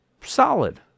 solid